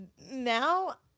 now